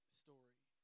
story